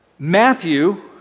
Matthew